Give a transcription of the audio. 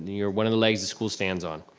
you're one of the legs the school stands on.